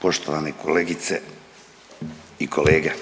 Poštovani kolegice i kolege.